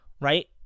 right